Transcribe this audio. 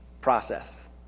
process